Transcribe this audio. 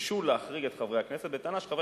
וביקשו להחריג את חברי הכנסת בטענה שחברי